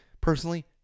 personally